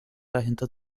dahinter